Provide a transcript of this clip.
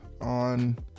on